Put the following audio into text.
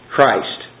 Christ